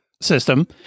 system